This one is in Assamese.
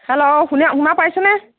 হেল্ল' শুনা শুনা পাইছেনে